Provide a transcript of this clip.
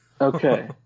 Okay